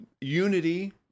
unity